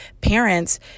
parents